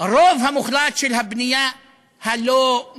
הרוב המוחלט של הבנייה הלא-מורשית